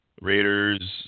Raiders